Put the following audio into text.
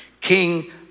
King